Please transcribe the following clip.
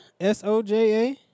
S-O-J-A